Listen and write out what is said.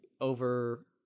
over